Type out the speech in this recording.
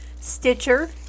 Stitcher